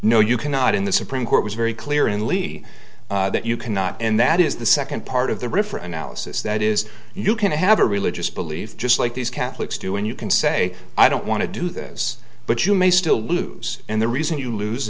no you cannot in the supreme court was very clear in levy that you cannot and that is the second part of the riff or analysis that is you can have a religious belief just like these catholics do and you can say i don't want to do this but you may still lose and the reason you lose